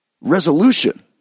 resolution